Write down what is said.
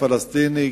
הפלסטיני,